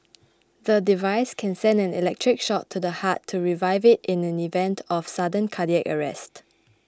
the device can send an electric shock to the heart to revive it in the event of sudden cardiac arrest